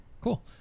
Cool